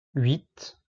huit